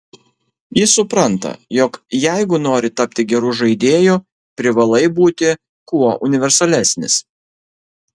jis supranta jog jeigu nori tapti geru žaidėju privalai būti kuo universalesnis